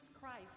Christ